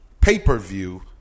Pay-per-view